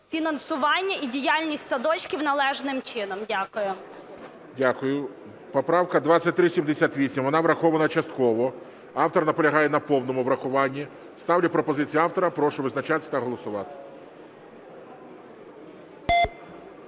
фінансування і діяльність садочків належним чином. Дякую. ГОЛОВУЮЧИЙ. Дякую. Поправка 2378. Вона врахована частково. Автор наполягає на повному врахуванні. Ставлю пропозицію автора. Прошу визначатися та голосувати.